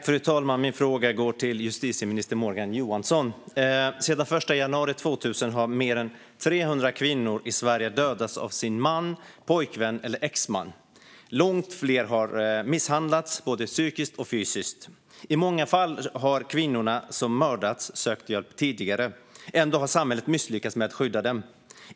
Fru talman! Min fråga går till justitieminister Morgan Johansson. Sedan den 1 januari 2000 har mer än 300 kvinnor i Sverige dödats av sin man, pojkvän eller exman. Långt fler har misshandlats, både psykiskt och fysiskt. I många fall har kvinnorna som mördats sökt hjälp tidigare. Ändå har samhället misslyckats med att skydda dem.